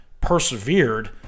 persevered